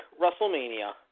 WrestleMania